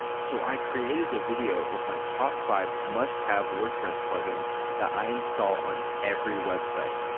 so i created a video of my top-five must-have wordpress plugins that i install on every website.